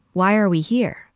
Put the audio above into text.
why are we here?